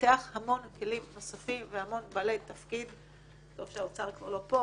פיתח המון כלים נוספים והמון בעלי תפקיד - טוב שהאוצר כבר לה פה